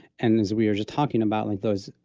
and as we were just talking about, like those,